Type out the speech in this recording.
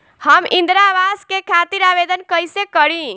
हम इंद्रा अवास के खातिर आवेदन कइसे करी?